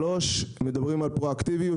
3. מדברים על פרואקטיביות,